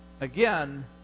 Again